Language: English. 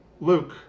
Luke